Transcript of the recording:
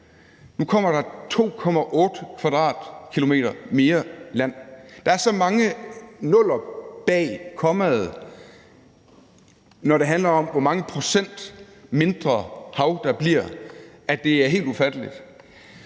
Nu kommer der 2,8 km² mere land. Der er så mange nuller bag kommaet, når det handler om, hvor mange procent mindre hav der bliver, at det er helt ufatteligt.